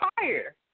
fire